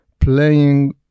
playing